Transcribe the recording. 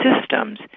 systems